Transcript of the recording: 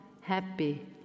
happy